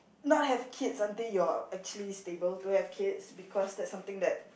not have kids until you're actually stable to have kids because that's something that